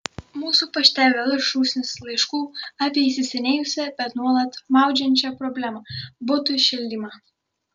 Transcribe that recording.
mūsų pašte vėl šūsnys laiškų apie įsisenėjusią bet nuolat maudžiančią problemą butų šildymą